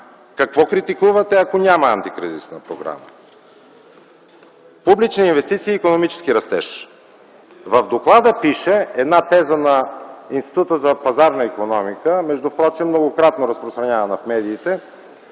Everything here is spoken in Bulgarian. Какво критикувате, ако няма антикризисна програма?! Публични инвестиции и икономически растеж. В доклада пише една теза на Института за пазарна икономика, впрочем многократно разпространявана в медиите: